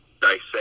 dissect